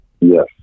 Yes